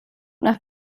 nach